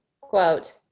quote